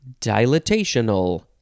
Dilatational